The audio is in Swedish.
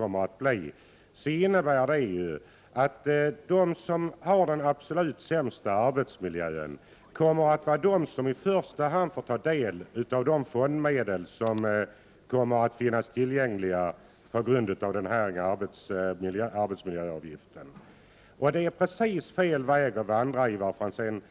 antas, innebär det att de som har den absolut sämsta arbetsmiljön kommer att vara de som kommer att få ta del av de fondmedel som kommer att finnas tillgängliga på grund av arbetsmiljöavgifter. Det är helt fel väg att vandra, Ivar Franzén.